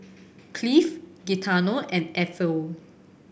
Cleve Gaetano and Ethyl